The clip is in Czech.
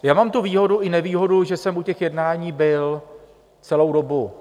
Já mám tu výhodu i nevýhodu, že jsem u těch jednání byl celou dobu.